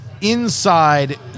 inside